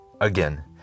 again